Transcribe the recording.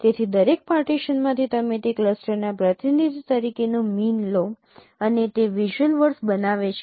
તેથી દરેક પાર્ટીશનમાંથી તમે તે ક્લસ્ટરના પ્રતિનિધિ તરીકેનો મીન લો અને તે વિઝ્યુઅલ વર્ડસ બનાવે છે